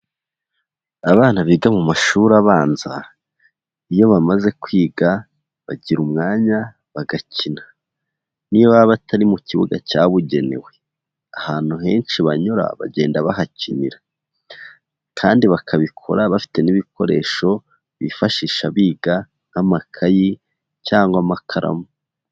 Abana biga mu mashuri abanza iyo bamaze kwiga bagira umwanya bagakina, niyo baba batari mu kibuga cyabugenewe, ahantu henshi banyura bagenda bahakinira kandi bakabikora bafite n'ibikoresho bifashisha biga nk'amakayi cyangwa amakaramu.